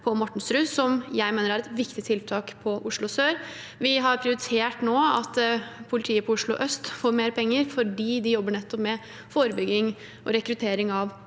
som jeg mener er et viktig tiltak i Oslo sør. Vi har prioritert nå at politiet i Oslo øst får mer penger fordi de jobber nettopp med forebygging av rekruttering av